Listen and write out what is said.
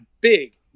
big